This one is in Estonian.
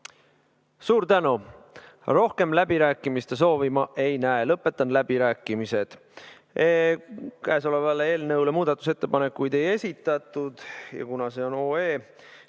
Suur tänu! Rohkem läbirääkimiste soovi ma ei näe, lõpetan läbirääkimised. Käesoleva eelnõu kohta muudatusettepanekuid ei esitatud ja kuna see on OE,